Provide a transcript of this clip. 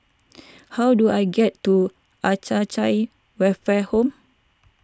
how do I get to Acacia Welfare Home